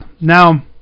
Now